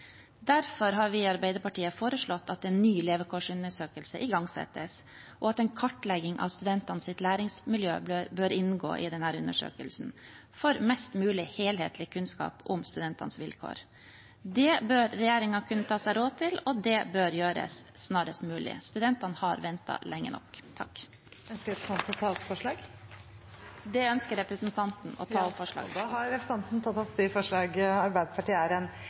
Derfor har vi i Arbeiderpartiet foreslått at en ny levekårsundersøkelse igangsettes, og at en kartlegging av studentenes læringsmiljø bør inngå i denne undersøkelsen, for mest mulig helhetlig kunnskap om studentenes vilkår. Det bør regjeringen kunne ta seg råd til, og det bør gjøres snarest mulig. Studentene har ventet lenge nok. Ønsker representanten å ta opp forslag? Det ønsker representanten. Representanten Nina Sandberg har tatt opp de forslagene hun refererte til. Studentenes levekårsundersøkelse ser på levekårene til studentene innenfor et gitt tidsrom, og er